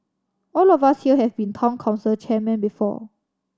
all of us here have been Town Council chairmen before